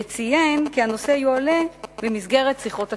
וציין כי הנושא יועלה במסגרת שיחות הקרבה.